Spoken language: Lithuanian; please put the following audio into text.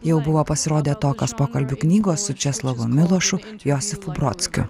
jau buvo pasirodę tokios pokalbių knygos su česlovu milošu josifu brodskiu